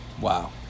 Wow